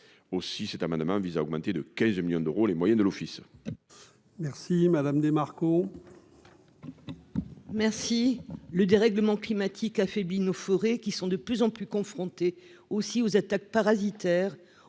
aussi, cet amendement vise à augmenter de 15 millions d'euros, les moyens de l'office. Merci madame DeMarco. Merci le dérèglement climatique affaibli nos forêts qui sont de plus en plus confronté aussi aux attaques parasitaires,